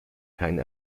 keinen